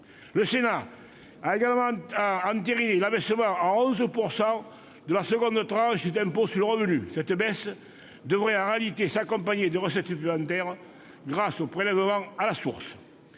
Le Sénat a également entériné l'abaissement à 11 % de la deuxième tranche de l'impôt sur le revenu. Cette baisse devrait en réalité s'accompagner de recettes supplémentaires grâce au prélèvement à la source.